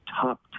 top